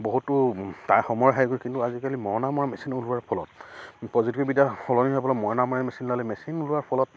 বহুতো তাই সময় হেৰি গৈ কিন্তু আজিকালি মৰণা মৰা মেচিন ওলোৱাৰ ফলত প্ৰযুক্তিবিদ্যা সলনি হোৱাৰ ফলত মৰণা মৰা মেচিন ওলালে মেচিন ওলোৱাৰ ফলত